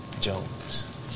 Jones